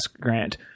grant